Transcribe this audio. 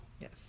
Yes